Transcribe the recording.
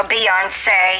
Beyonce